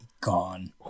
gone